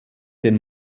den